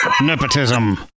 nepotism